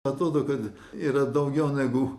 atrodo kad yra daugiau negu